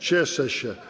Cieszę się.